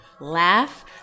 Laugh